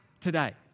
today